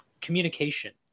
communication